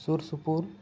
ᱥᱩᱨ ᱥᱩᱯᱩᱨ